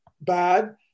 bad